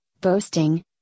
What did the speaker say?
boasting